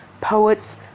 poets